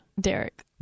Derek